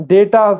Data